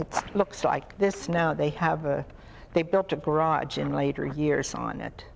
it looks like this now they have they built a garage in later years on it